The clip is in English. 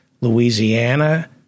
Louisiana